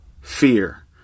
fear